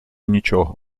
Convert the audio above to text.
нічого